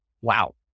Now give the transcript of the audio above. wow